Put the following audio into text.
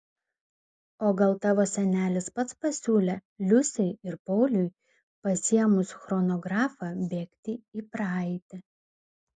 o gal tavo senelis pats pasiūlė liusei ir pauliui pasiėmus chronografą bėgti į praeitį